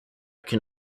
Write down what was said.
can